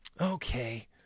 Okay